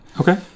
okay